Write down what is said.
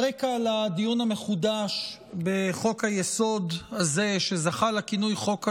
הרקע לדיון המחודש בחוק-היסוד הזה שזכה לכינוי חוק הלאום,